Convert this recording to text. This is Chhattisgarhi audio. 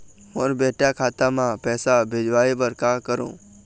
मोर बेटा खाता मा पैसा भेजवाए बर कर करों?